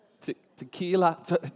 Tequila